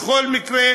בכל מקרה,